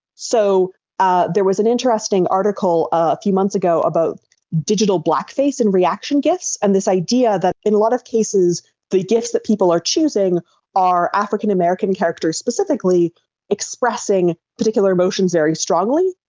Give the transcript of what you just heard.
so ah there was an interesting article a few months ago about digital blackface and reaction gifs, and this idea that in a lot of cases the gifs that people are choosing are african american characters specifically expressing particular emotions very strongly,